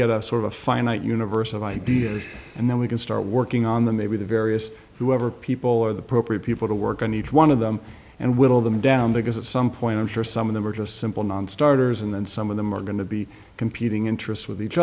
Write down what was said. get us sort of a finite universe of ideas and then we can start working on them maybe the various whoever people are the propre people to work on each one of them and whittle them down because at some point i'm sure some of them are just simple nonstarters and some of them are going to be competing interests with each